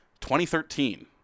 2013